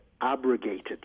abrogated